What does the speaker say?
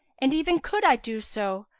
and even could i do so,